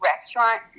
restaurant